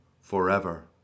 forever